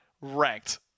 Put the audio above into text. ranked